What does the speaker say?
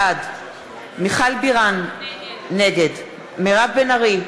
בעד מיכל בירן, נגד מירב בן ארי,